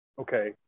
Okay